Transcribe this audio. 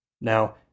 Now